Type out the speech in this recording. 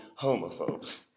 homophobes